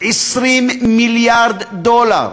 20 מיליארד דולר,